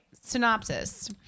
synopsis